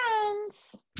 friends